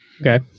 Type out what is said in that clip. Okay